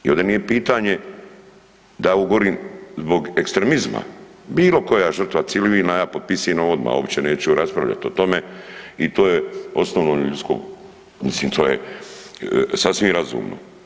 I ovdje nije pitanje da ovo govorim zbog ekstremizma, bilo koja žrtva civilna, ja potpisujem odma, uopće neću raspravljat o tome i to je osnovno ljudsko, mislim to je sasvim razumno.